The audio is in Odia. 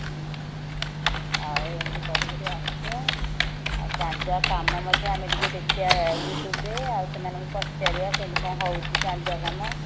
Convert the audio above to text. ହୁଁ ଆଉ ଏମିତି କରିକରି ଆସିବା ଆଉ ଚାନ୍ଦୁଆ କାମ ମଧ୍ୟ ଆମେ ଟିକେ ଦେଖିବା ୟୁଟ୍ୟୁବରେ ଆଉ ସେମାନଙ୍କୁ ପଚାରିବା କେମିତି କ'ଣ ହେଉଛି ଚାନ୍ଦୁଆ କାମ